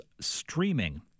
streaming